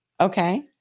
Okay